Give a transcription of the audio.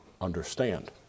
understand